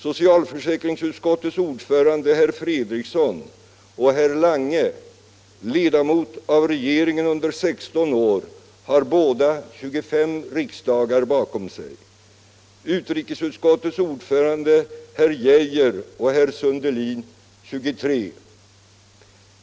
Socialförsäkringsutskottets ordförande herr Fredriksson och herr Lange, ledamot av regeringen under 16 år, har båda 25 riksdagar bakom sig, utrikesutskottets ordförande herr Arne Geijer i Stockholm och herr Sundelin 23.